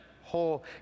whole